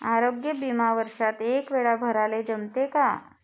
आरोग्य बिमा वर्षात एकवेळा भराले जमते का?